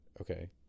okay